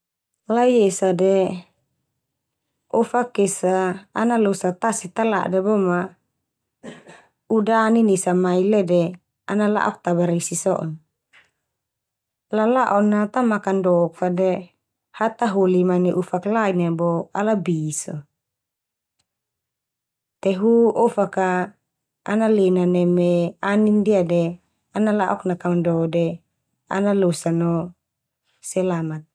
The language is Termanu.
Lai esa de ofak esa ana losa tasi talada bo ma uda anin esa mai le de ana la'ok ta barisi so'on. Lala'on na ta makandok fa de hataholi manai ofak lain bo ala bi so Te hu ofak a ana lena neme anin ndia de ana la'ok nakando de ala losa no selamat.